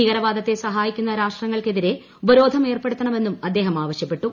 ഭീകരവാദത്തെ സഹായിക്കുന്ന രാഷ്ട്രങ്ങൾക്കെതിരെ ഉപരോധം ഏർപ്പെടുത്തണമെന്നും അദ്ദേഹം ആവശ്യപ്പെട്ടു